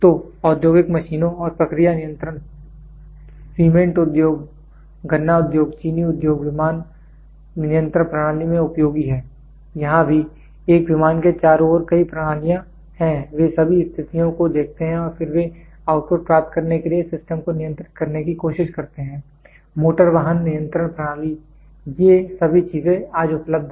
तो औद्योगिक मशीनों और प्रक्रिया नियंत्रण सीमेंट उद्योग गन्ना उद्योग चीनी उद्योग विमान नियंत्रण प्रणालियों में उपयोगी है यहाँ भी एक विमान के चारों ओर कई प्रणालियाँ हैं वे सभी स्थितियों को देखते हैं और फिर वे आउटपुट प्राप्त करने के लिए सिस्टम को नियंत्रित करने की कोशिश करते हैं मोटर वाहन नियंत्रण प्रणाली ये सभी चीजें आज उपलब्ध हैं